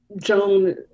Joan